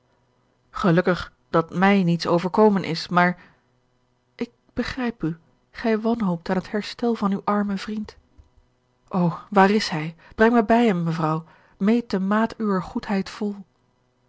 gelukkig dat mij niets overkomen is maar ik begrijp u gij wanhoopt aan het herstel van uw armen vriend o waar is hij breng mij bij hem mevrouw meet de maat uwer goedheid vol